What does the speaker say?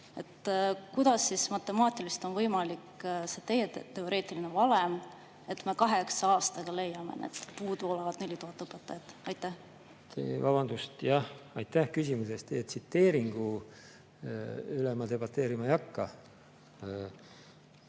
Kuidas siis matemaatiliselt on võimalik see teie teoreetiline valem, et me kaheksa aastaga leiame need puudu olevad 4000 õpetajat? Jah, aitäh küsimuse eest! Teie tsiteeringu üle ma debateerima ei hakka,